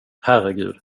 herregud